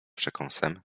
przekąsem